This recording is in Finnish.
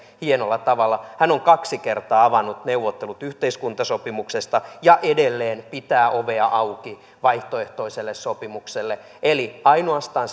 hienolla tavalla hän on kaksi kertaa avannut neuvottelut yhteiskuntasopimuksesta ja edelleen pitää ovea auki vaihtoehtoiselle sopimukselle eli ainoastaan